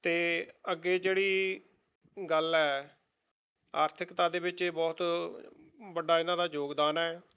ਅਤੇ ਅੱਗੇ ਜਿਹੜੀ ਗੱਲ ਹੈ ਆਰਥਿਕਤਾ ਦੇ ਵਿੱਚ ਇਹ ਬਹੁਤ ਵੱਡਾ ਇਹਨਾਂ ਦਾ ਯੋਗਦਾਨ ਹੈ